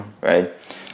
right